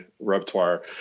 repertoire